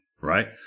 right